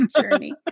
journey